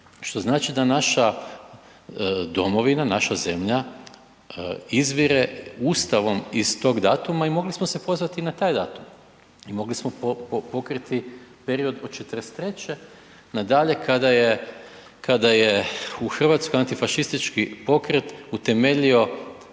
što znači da naša domovina, naša zemlja izvire Ustavom iz tog datuma i mogli smo se pozvati na taj datum i mogli smo pokriti period od '43. na dalje kada je u Hrvatskoj antifašistički pokret utemeljio